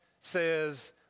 says